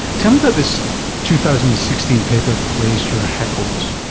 tell me about this two thousand and sixteen paper that raised your hackles.